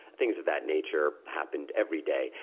things of that nature happened every day.